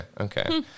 okay